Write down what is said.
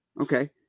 Okay